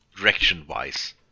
direction-wise